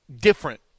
different